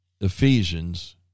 Ephesians